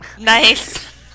Nice